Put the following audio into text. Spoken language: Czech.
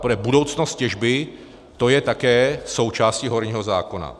Ale budoucnost těžby, to je také součástí horního zákona.